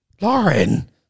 Lauren